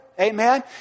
Amen